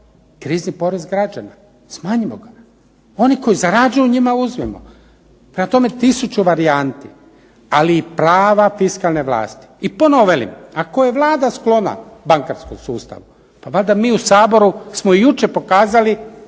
krizni porez građana, smanjimo ga. Oni koji zarađuju njima uzmimo. Prema tome, tisuću varijanti, ali i prava fiskalne vlasti. I ponovno velim, ako je Vlada sklona bankarskom sustavu pa valjda mi u Saboru smo i jučer pokazali